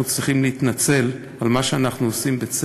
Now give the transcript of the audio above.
צריכים להתנצל על מה שאנחנו עושים בצדק.